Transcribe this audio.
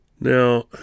Now